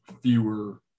fewer